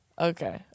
Okay